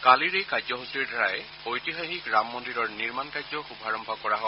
কালিৰ এই কাৰ্যসূচীৰ দ্বাৰাই ঐতিহাসিক ৰাম মন্দিৰৰ নিৰ্মাণ কাৰ্য শুভাৰম্ভ কৰা হয়